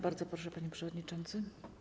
Bardzo proszę, panie przewodniczący.